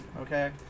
okay